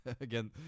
again